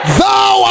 Thou